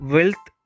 Wealth